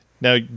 Now